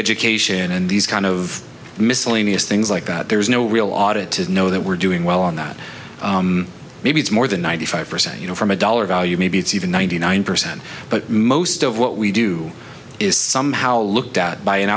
education and these kind of miscellaneous things like that there's no real audit to know that we're doing well on that maybe it's more than ninety five percent you know from a dollar value maybe it's even ninety nine percent but most of what we do is somehow looked at by an